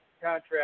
contract